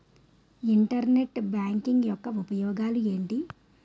Internet banking యెక్క ఉపయోగాలు ఎంటి?